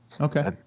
Okay